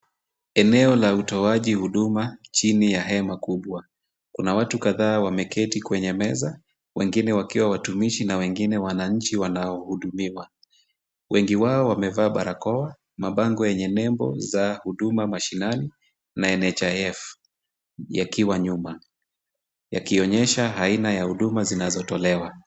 Eneo la utoaji huduma chini ya hema kubwa, kuna watu adhaa wameketi kwenye meza, wengine wakiwa watumishi na wengine wananchi wanaohudumiwa. Wengi wao wamevaa barakoa, mabango yenye nembo za huduma mashinani na NHIF yakiwa nyuma, yakionyesha aina ya huduma zinazotolewa.